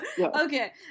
Okay